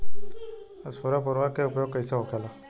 स्फुर उर्वरक के उपयोग कईसे होखेला?